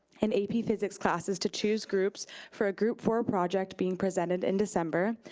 and ap physics classes to choose groups for a group four project being presented in december.